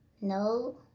no